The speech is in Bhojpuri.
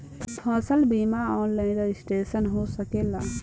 फसल बिमा ऑनलाइन रजिस्ट्रेशन हो सकेला?